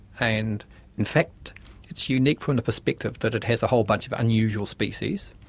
and in fact it's unique from the perspective that it has a whole bunch of unusual species,